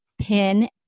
pin